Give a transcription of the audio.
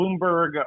Bloomberg